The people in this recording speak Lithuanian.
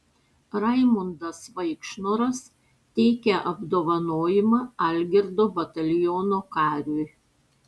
raimundas vaikšnoras teikia apdovanojimą algirdo bataliono kariui